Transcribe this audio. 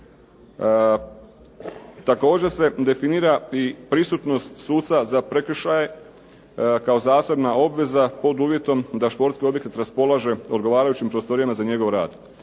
Također se definira i prisutnost suca za prekršaje kao zasebna obveza pod uvjetom da športski objekat raspolaže odgovarajućim prostorijama za njegov rad.